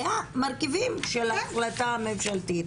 היו מרכיבים של ההחלטה הממשלתית.